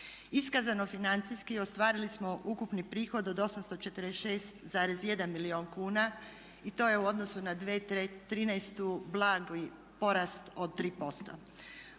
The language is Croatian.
Iskazano financijski ostvarili smo ukupni prihod od 846,1 milijun kuna i to je u odnosu na 2013. blagi porast od 3%.